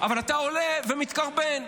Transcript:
אבל אתה עולה ומתקרבן.